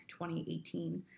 2018